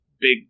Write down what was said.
big